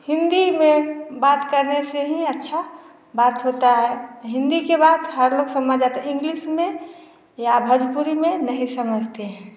हिंदी में बात करने से ही अच्छा बात होता है हिंदी के बात हर लोग समझ जाते इंग्लिश में या भजपुरी में नहीं समझते हैं